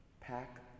pack